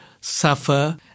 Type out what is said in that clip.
suffer